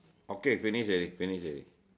okay finish already finish already